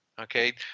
okay